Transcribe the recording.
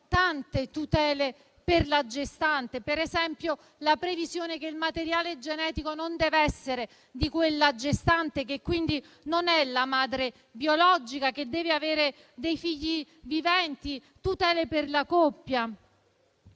tante tutele per la gestante. Per esempio la previsione che il materiale genetico non deve essere della gestante, che quindi non è la madre biologica, che deve avere dei figli viventi, e altre tutele per la coppia.